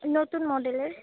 নতুন মডেলের